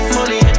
Money